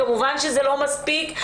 כמובן שזה לא מספיק,